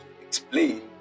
explain